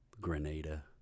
Grenada